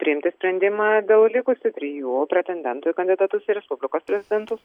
priimti sprendimą dėl likusių trijų pretendentų į kandidatus į respublikos prezidentus